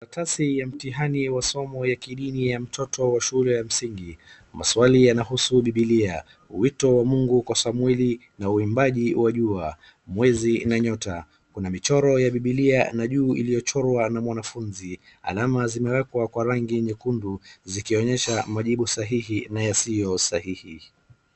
Karatasi ya mtihani wa somo ya kidini ya mtoto wa shule ya msingi. Maswali yanahusu Bibilia, wito wa Mungu kwa Samueli na uimbaji wa jua, mwezi na nyota. Kuna michoro ya Bibilia na juu iliyochorwa na mwanafunzi. Alama zimewekwa kwa rangi nyekundu zikionyesha majibu sahihi na yasiyo sahihi.